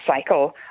cycle